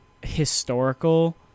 historical